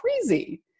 crazy